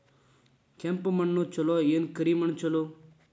ಕೆಂಪ ಮಣ್ಣ ಛಲೋ ಏನ್ ಕರಿ ಮಣ್ಣ ಛಲೋ?